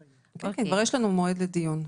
כבר יש לנו מועד לדיון.